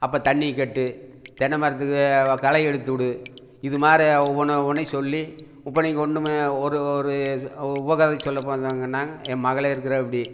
அப்போ தண்ணிர் கட்டு தென்னமரத்துக்கு வா களை எடுத்து விடு இது மாரி ஒவ்வொன்று ஒவ்வொன்றையும் சொல்லி இப்போ நீங்கள் ஒன்றுமே ஒரு ஒரு உபக்கதைக்கு சொல்ல போனாங்கனா என் மகளே இருக்குறாப்படி